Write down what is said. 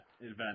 event